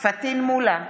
פטין מולא,